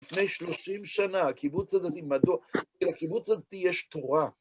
לפני שלושים שנה הקיבוץ הזאתי יש תורה.